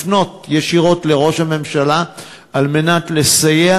לפנות ישירות לראש הממשלה על מנת לסייע